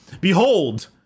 Behold